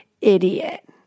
idiot